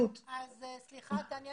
אבל כל אחד